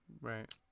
Right